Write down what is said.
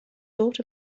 thought